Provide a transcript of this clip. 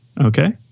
okay